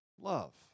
love